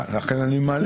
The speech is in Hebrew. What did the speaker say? לכן אני מעלה את זה.